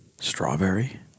strawberry